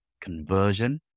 conversion